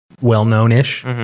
well-known-ish